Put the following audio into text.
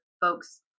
folks